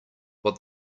what